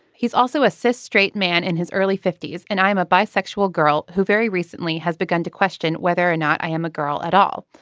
he's also assessed straight man in his early fifty s and i'm a bisexual girl who very recently has begun to question whether or not i am a girl at all.